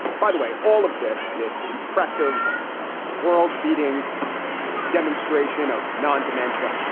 by the way. all of this. this impressive world beating demonstration of non dementia.